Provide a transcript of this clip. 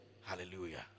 Hallelujah